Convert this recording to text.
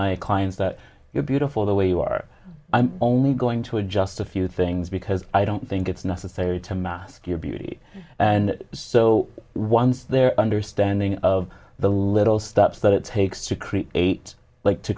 my clients that you're beautiful the way you are i'm only going to adjust a few things because i don't think it's necessary to mask your beauty and so once their understanding of the little steps that it takes to create a like to